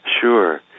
Sure